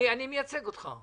אני מייצג אותך.